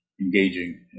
engaging